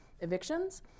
evictions